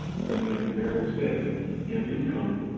depending on your marital status and income,